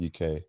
UK